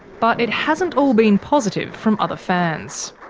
but it hasn't all been positive from other fans.